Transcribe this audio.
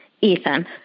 Ethan